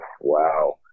wow